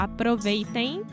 Aproveitem